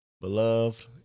Beloved